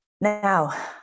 Now